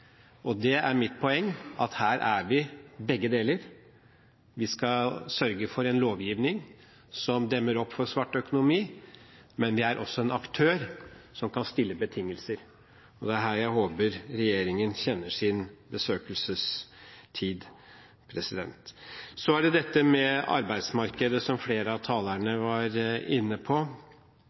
Mitt poeng er at her er vi begge deler. Vi skal sørge for en lovgivning som demmer opp for svart økonomi, men vi er også en aktør som kan stille betingelser. Det er her jeg håper regjeringen kjenner sin besøkelsestid. Så er det dette med arbeidsmarkedet, som flere av talerne, og også jeg, var inne på.